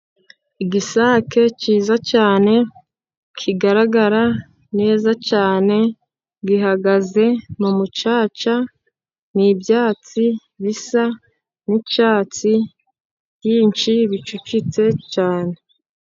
Igisake cyiza cyane kigaragara neza cyane, gihagaze mu mucaca, ni ibyatsi bisa n'icyatsi byinshi bicucitse cyane.